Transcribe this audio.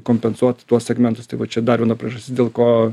kompensuot tuos segmentus tai va čia dar viena priežastis dėl ko